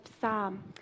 psalm